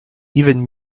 even